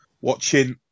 watching